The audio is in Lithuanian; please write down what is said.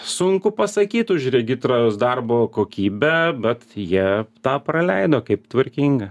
sunku pasakyt už regitros darbo kokybę bet jie tą praleido kaip tvarkingą